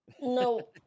No